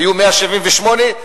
היו 178,